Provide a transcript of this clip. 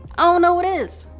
iono what is.